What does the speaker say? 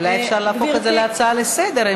אולי אפשר להפוך את זה להצעה לסדר-היום,